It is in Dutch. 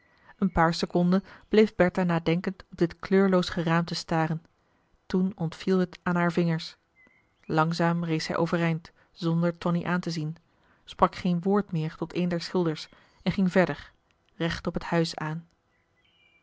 een paar seconden bleef bertha nadenkend op dit kleurloos geraamte staren toen ontviel het aan haar vingers langzaam rees zij overeind zonder tonie aan te zien sprak geen woord meer tot een der schilders en ging verder recht op het huis aan